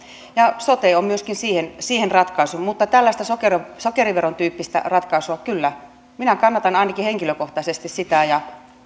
ja sote on myöskin siihen siihen ratkaisu mutta tällaista sokeriveron sokeriveron tyyppistä ratkaisua kyllä minä ainakin kannatan henkilökohtaisesti